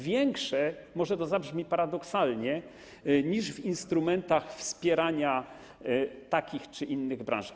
Większe - może to zabrzmi paradoksalnie - niż w instrumentach wspierania takich czy innych branż.